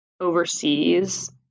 overseas